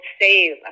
save